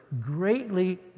greatly